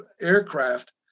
aircraft